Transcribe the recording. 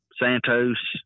Santos